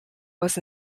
was